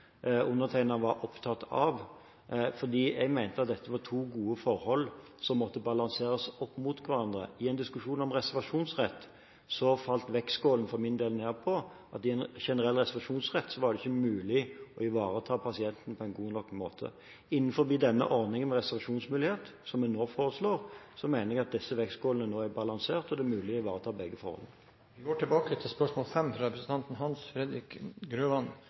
fordi jeg mente at dette var to gode forhold som måtte balanseres opp mot hverandre. I en diskusjon om reservasjonsrett falt vektskålen for min del ned på at i en generell reservasjonsrett var det ikke mulig å ivareta pasienten på en god nok måte. Innenfor denne ordningen med reservasjonsmulighet, som vi nå foreslår, mener jeg at disse vektskålene er balansert, og det er mulig å ivareta begge forhold. Dette spørsmålet, fra representanten Hans Fredrik Grøvan